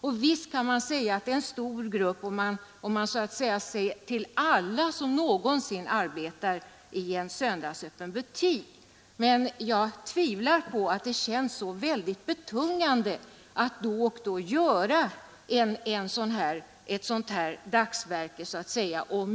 Och visst kan man säga att det är en stor grupp, om man ser till alla som någonsin arbetar i en söndagsöppen butik. Men jag tvivlar på att det känns så väldigt betungande att då och då göra ett sådant här dagsverke.